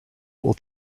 will